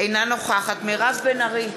אינה נוכחת מירב בן ארי,